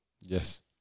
Yes